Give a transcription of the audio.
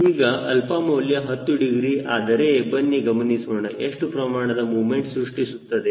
ಈಗ 𝛼 ಮೌಲ್ಯ 10 ಡಿಗ್ರಿ ಆದರೆ ಬನ್ನಿ ಗಮನಿಸೋಣ ಎಷ್ಟು ಪ್ರಮಾಣದ ಮೊಮೆಂಟ್ ಸೃಷ್ಟಿಸುತ್ತದೆ